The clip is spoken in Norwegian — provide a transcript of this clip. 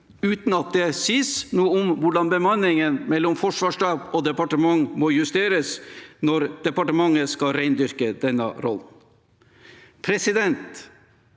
uten at det sies noe om hvordan bemanningen mellom Forsvarsstaben og departementet må justeres når departementet skal rendyrke denne rollen. Det